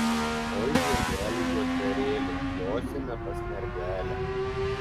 oi žirgeli juodbėrėli josime pas mergelę